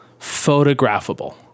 Photographable